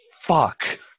Fuck